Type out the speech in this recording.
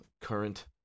current